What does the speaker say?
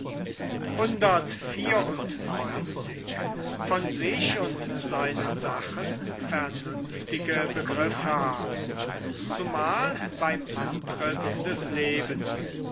müssen zumal beim antritt des lebens